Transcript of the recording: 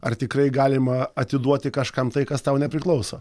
ar tikrai galima atiduoti kažkam tai kas tau nepriklauso